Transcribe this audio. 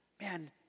Man